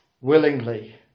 willingly